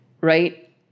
right